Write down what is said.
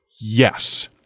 yes